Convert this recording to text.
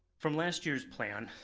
from last year's plan,